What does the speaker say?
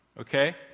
Okay